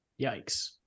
Yikes